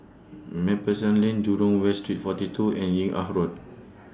MacPherson Lane Jurong West Street forty two and Yung An Road